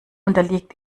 unterliegt